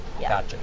Gotcha